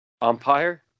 Umpire